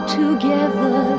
together